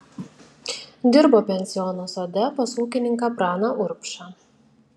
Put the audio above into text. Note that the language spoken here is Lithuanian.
dirbo pensiono sode pas ūkininką praną urbšą